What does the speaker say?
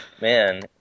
man